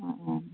অঁ অঁ